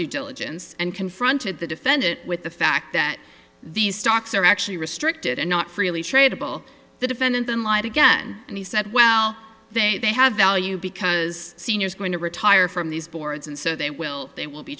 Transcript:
due diligence and confronted the defendant with the fact that these stocks are actually restricted and not freely tradeable the defendant then lied again and he said well they have value because seniors are going to retire from these boards and so they will they will be